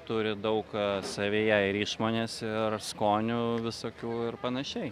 turi daug savyje ir išmonės ir skonių visokių ir panašiai